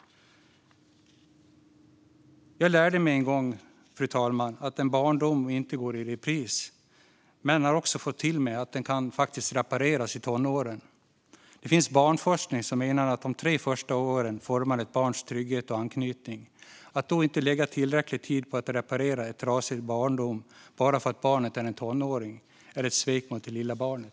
Jag lärde mig en gång, fru talman, att en barndom inte går i repris, men jag har också fått ta till mig att den faktiskt kan repareras i tonåren. Det finns barnforskning som visar att de tre första åren formar ett barns trygghet och anknytning. Att då inte lägga tillräcklig tid på att reparera en trasig barndom bara för att barnet är en tonåring är ett svek mot det lilla barnet.